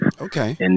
Okay